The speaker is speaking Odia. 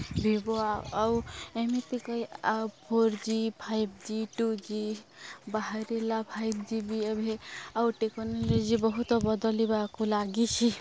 ଭିବୋ ଆ ଆଉ ଏମିତି କହି ଆଉ four G five G two G ବାହାରିଲା ଫାଇଭ ଜି ବି ଏବେ ଆଉ ଟେକ୍ନୋଲୋଜି ବହୁତ ବଦଳିବାକୁ ଲାଗିଛି